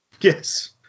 yes